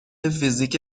فیزیک